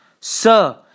Sir